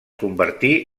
convertí